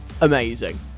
amazing